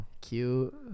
cute